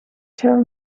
tell